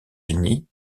unis